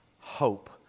hope